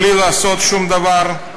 בלי לעשות שום דבר,